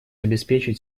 обеспечить